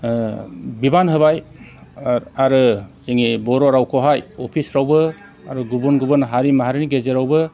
बिबान होबाय आरो जोंनि बर' रावखौहाय अफिसफ्रावबो आरो गुबुन गुबुन हारि माहारिनि गेजेरावबो